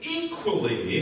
equally